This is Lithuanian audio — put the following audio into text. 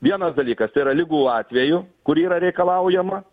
vienas dalykas tai yra ligų atveju kur yra reikalaujama